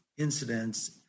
incidents